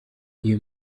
iyo